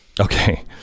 Okay